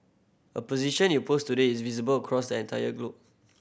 a position you post today is visible cross entire globe